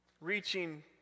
reaching